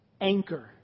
anchor